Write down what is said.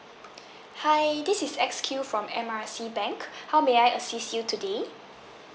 hi this is X Q from M_R_C bank how may I assist you today